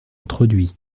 introduit